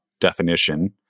definition